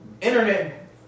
internet